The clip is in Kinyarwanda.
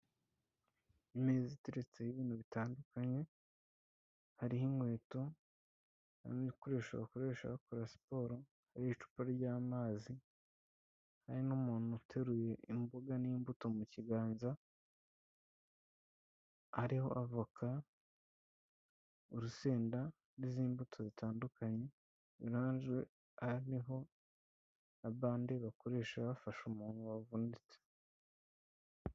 Imeza iteretseho ibintu bitandukanye, hariho inkweto n'ibikoresho bakoresha bakora siporo, hariho icupa ry'amazi, hari n'umuntu uteruye imboga n'imbuto mu kiganza, hariho avoka, urusenda, n'izindi mbuto zitandukanye, orange hariho na bande bakoresha bafashe umuntu wavunitse.